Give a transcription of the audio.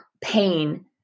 pain